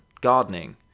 gardening